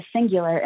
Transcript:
singular